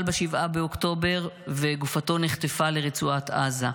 ב-7 באוקטובר וגופתו נחטפה לרצועת עזה.